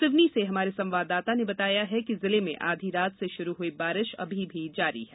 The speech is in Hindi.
सिवनी से हमारे संवाददाता ने बताया है कि जिले में आधी रात से शुरू हुई बारिश अभी भी जारी है